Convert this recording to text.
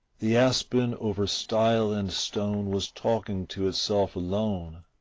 the aspen over stile and stone was talking to itself alone.